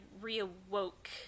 reawoke